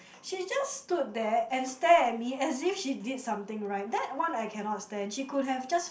she just stood there and stare at me as if she did something right that one I cannot stand she could have just